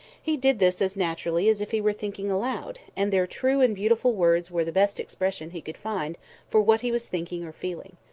he did this as naturally as if he were thinking aloud, and their true and beautiful words were the best expression he could find for what he was thinking or feeling.